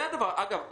אגב,